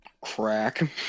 crack